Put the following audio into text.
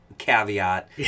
caveat